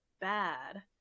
bad